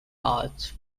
arts